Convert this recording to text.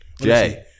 Jay